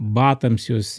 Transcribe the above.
batams jus